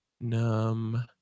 num